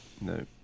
No